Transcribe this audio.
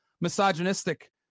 misogynistic